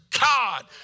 God